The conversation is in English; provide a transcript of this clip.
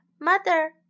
Mother